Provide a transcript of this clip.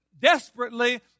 desperately